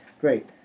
Great